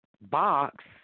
box